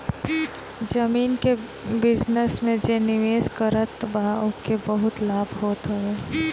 जमीन के बिजनस में जे निवेश करत बा ओके बहुते लाभ होत हवे